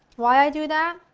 why i do that,